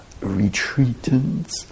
retreatants